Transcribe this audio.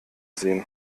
sehen